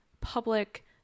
public